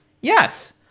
Yes